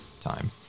time